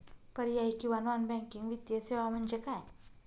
पर्यायी किंवा non banking वित्तीय सेवा म्हणजे काय?